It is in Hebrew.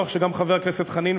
חבר הכנסת חנין,